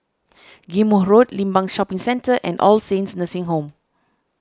Ghim Moh Road Limbang Shopping Centre and All Saints Nursing Home